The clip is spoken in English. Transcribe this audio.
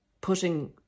putting